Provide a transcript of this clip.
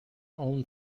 own